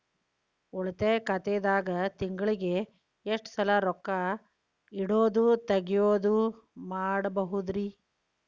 ಉಳಿತಾಯ ಖಾತೆದಾಗ ತಿಂಗಳಿಗೆ ಎಷ್ಟ ಸಲ ರೊಕ್ಕ ಇಡೋದು, ತಗ್ಯೊದು ಮಾಡಬಹುದ್ರಿ?